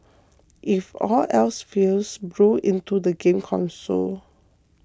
if all else fails blow into the game console